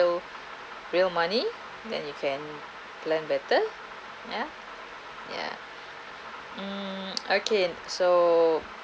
real real money then you can plan better ya ya mm okay so